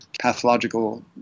pathological